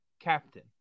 captain